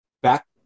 back